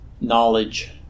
knowledge